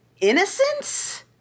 innocence